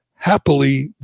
Happily